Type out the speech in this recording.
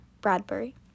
Bradbury